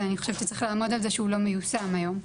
ואני חושבת שצריך לעמוד על זה שהוא לא מיושם היום.